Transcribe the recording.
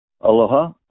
Aloha